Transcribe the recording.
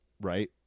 right